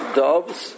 doves